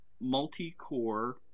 multi-core